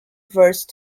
verse